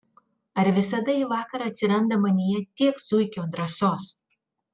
ar visada į vakarą atsiranda manyje tiek zuikio drąsos